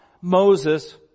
Moses